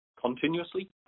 Continuously